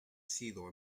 sido